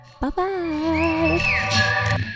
Bye-bye